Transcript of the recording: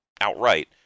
outright